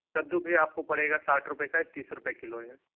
कद्दू भैया आपको पड़ेगा साठ रुपय का तीस रुपय किलो है